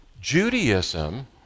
Judaism